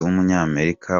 w’umunyamerika